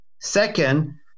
Second